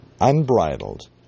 unbridled